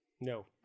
No